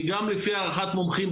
כי גם לפי הערכת מומחים,